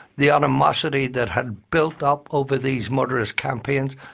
the animosity that had built up over these murderous campaigns,